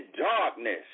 darkness